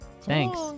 thanks